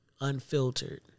Unfiltered